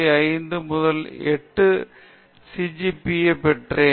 5 8 C G P A பெற்றவன்